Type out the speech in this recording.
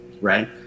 right